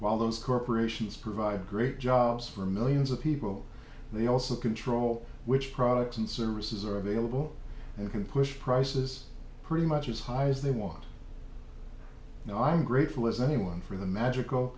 while those corporations provide great jobs for millions of people they also control which products and services are available and can push prices pretty much as high as they want and i'm grateful as anyone for the magical